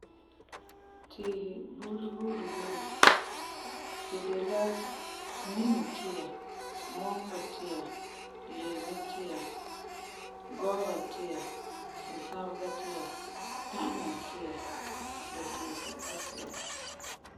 Tiisi buuri buuri boi mɛ, si de la: Nimi tia, mɔnkɔ tia, leemi tia, gɔɔba tia, sinsabega tia, ta'aŋa tia, la tiisi asi'a.